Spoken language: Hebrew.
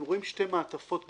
אם רואים שתי מעטפות בתיבה,